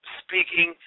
speaking